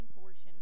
portion